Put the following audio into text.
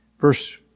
verse